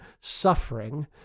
suffering